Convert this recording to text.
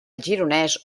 gironès